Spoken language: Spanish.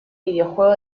videojuego